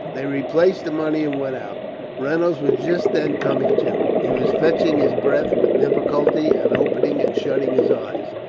they replaced the money, and went out reynolds was just then coming to. he was fetching his breath with difficulty, and opening and shutting his eyes.